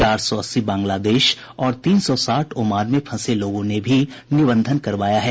चार सौ अस्सी बांग्लादेश और तीन सौ साठ ओमान में फंसे लोगों ने भी निबंधन करवाया है